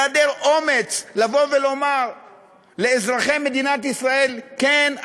היעדר אומץ לומר לאזרחי מדינת ישראל: כן,